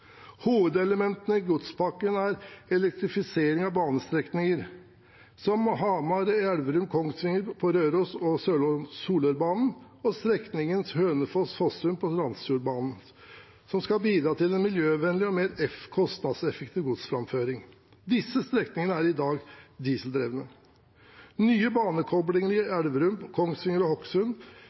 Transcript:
Hovedelementene i godspakken er for det første elektrifisering av banestrekninger, som strekningen Hamar–Elverum–Kongsvinger på Røros- og Solørbanen og strekningen Hønefoss–Fossum på Randsfjordbanen, som skal bidra til en miljøvennlig og mer kostnadseffektiv godsframføring. Disse strekningene er i dag dieseldrevne. Nye banekoblinger i Elverum, Kongsvinger og